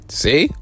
see